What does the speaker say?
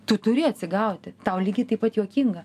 tu turi atsigauti tau lygiai taip pat juokinga